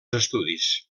estudis